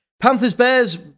Panthers-Bears